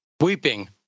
weeping